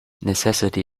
necessity